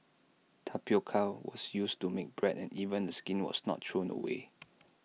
tapioca was used to make bread and even the skin was not thrown away